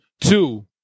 Two